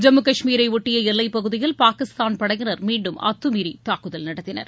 ஜம்மு கஷ்மீரை ஒட்டிய எல்லைப்பகுதியில் பாகிஸ்தான் படையினர் மீண்டும் அத்துமீறி தாக்குதல் நடத்தினர்